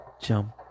Jump